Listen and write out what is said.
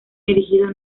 erigido